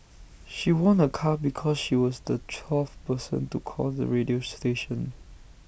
she won A car because she was the twelfth person to call the radio station